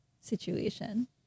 situation